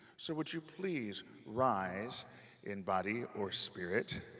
so would you please rise in body or spirit,